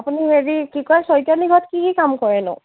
আপুনি হেৰি কি কয় শইকীয়ানীৰ ঘৰত কি কি কাম কৰেনো